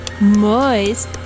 moist